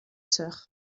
sœurs